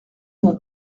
monde